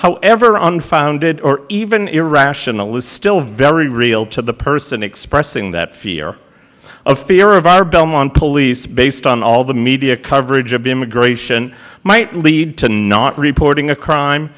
however unfounded or even irrational is still very real to the person expressing that fear a fear of our belmont police based on all the media coverage of immigration might lead to not reporting a crime